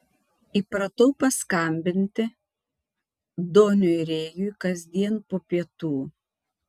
įpratau paskambinti doniui rėjui kasdien po pietų